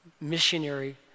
missionary